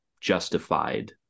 justified